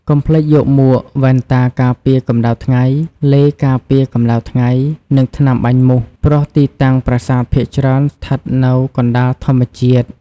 កុំភ្លេចយកមួក វ៉ែនតាការពារកម្តៅថ្ងៃ ឡេការពារកម្ដៅថ្ងៃ និងថ្នាំបាញ់មូស ព្រោះទីតាំងប្រាសាទភាគច្រើនស្ថិតនៅកណ្តាលធម្មជាតិ។